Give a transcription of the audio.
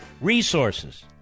resources